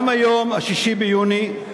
גם היום, 6 ביוני,